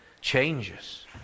changes